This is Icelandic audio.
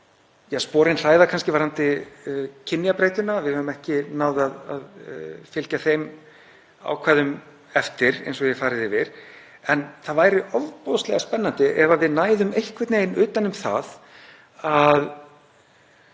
Sporin hræða kannski varðandi kynjabreiddina, að við höfum ekki náð að fylgja þeim ákvæðum eftir eins og ég hef farið yfir, en það væri ofboðslega spennandi ef við næðum einhvern veginn utan um það að